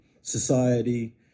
society